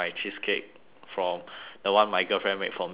from the one my girlfriend made for me so